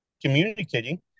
communicating